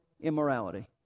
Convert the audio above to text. immorality